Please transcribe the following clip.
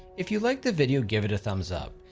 if you like the video, give it a thumbs up.